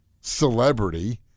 celebrity